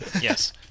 Yes